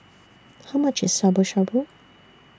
How much IS Shabu Shabu